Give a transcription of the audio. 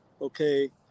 okay